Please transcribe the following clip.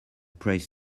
prays